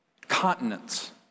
continents